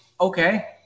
okay